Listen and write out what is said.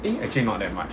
eh actually not that much